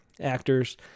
actors